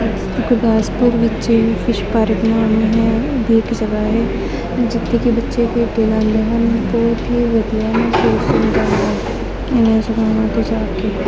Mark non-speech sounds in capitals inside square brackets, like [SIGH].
ਗੁਰਦਾਸਪੁਰ ਵਿੱਚ ਵੀ fish park ਨਾਂ ਹੈ ਦੀ ਇੱਕ ਜਗ੍ਹਾ ਹੈ ਜਿੱਥੇ ਕਿ ਬੱਚੇ ਖੇਡਣ ਆਉਂਦੇ ਹਨ ਬਹੁਤ ਹੀ ਵਧੀਆ ਹੈ [UNINTELLIGIBLE] ਇਨ੍ਹਾਂ ਜਗ੍ਹਾਵਾਂ 'ਤੇ ਜਾ ਕੇ